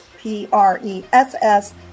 P-R-E-S-S